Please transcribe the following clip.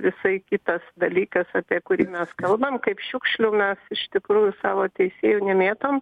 visai kitas dalykas apie kurį mes kalbam kaip šiukšlių mes iš tikrųjų savo teisėjų nemėtom